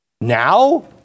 Now